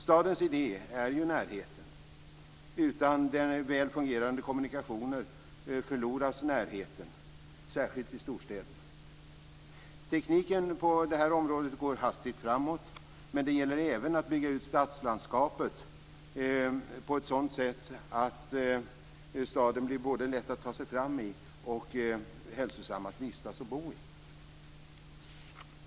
Stadens idé är ju närheten. Utan väl fungerande kommunikationer förloras närheten - särskilt i storstäderna. Tekniken på detta område går nu hastigt framåt. Men det gäller även att bygga ut stadslandskapet på ett sätt som gör staden både lätt att ta sig fram i och hälsosam att vistas och bo i.